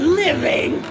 living